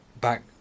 back